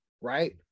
right